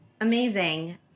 Amazing